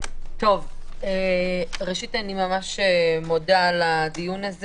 ראשית, אני מודה על הדיון.